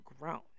grown